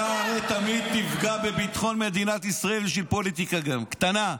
אתה הרי תמיד תפגע בביטחון מדינת ישראל בשביל פוליטיקה קטנה,